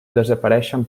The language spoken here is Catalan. desapareixen